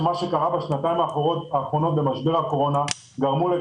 שזה דבר שקורה בכל מדינות ה-OECD ובכל המדינות המפותחות.